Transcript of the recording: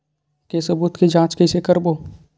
के सबूत के जांच कइसे करबो?